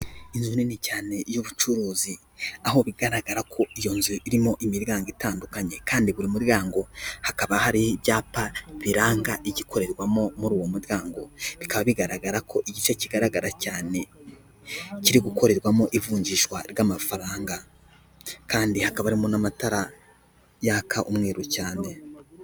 Inzu nini cyane y'ubucuruzi. Aho bigaragara ko iyo nzu irimo imiryango itandukanye kandi buri muryango, hakaba hari ibyapa biranga igikorerwamo muri uwo muryango. Bikaba bigaragara ko igice kigaragara cyane kiri gukorerwamo ivunjishwa ry'amafaranga kandi hakaba harimo n'amatara yaka umweru cyane.